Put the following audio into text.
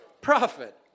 profit